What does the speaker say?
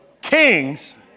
Kings